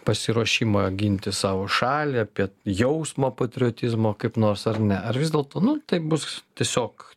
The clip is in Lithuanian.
pasiruošimą ginti savo šalį apie jausmą patriotizmo kaip nors ar ne ar vis dėlto nu tai bus tiesiog